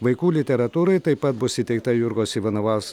vaikų literatūrai taip pat bus įteikta jurgos ivanovaus